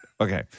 Okay